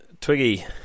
Twiggy